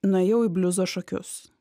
nuėjau į bliuzo šokius